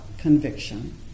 Conviction